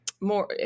more